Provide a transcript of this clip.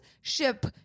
ship